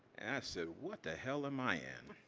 and i said, what the hell am i in?